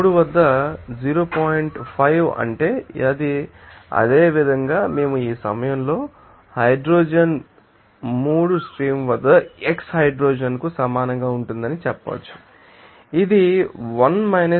5 అంటే అదే విధంగా మేము ఈ సమయంలో హైడ్రోజన్ 3 స్ట్రీమ్ వద్ద x హైడ్రోజన్కు సమానంగా ఉంటుందని చెప్పవచ్చు ఇది 1 0